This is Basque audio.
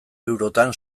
eurotan